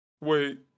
Wait